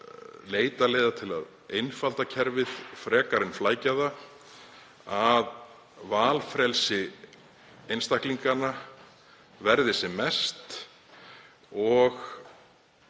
leita leiða til að einfalda kerfið frekar en flækja það, að valfrelsi einstaklinganna verði sem mest. Ég